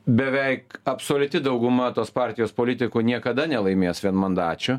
beveik absoliuti dauguma tos partijos politikų niekada nelaimės vienmandačių